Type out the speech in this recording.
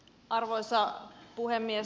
arvoisa puhemies